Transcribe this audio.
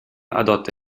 adotta